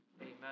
Amen